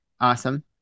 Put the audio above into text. Awesome